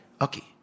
Okay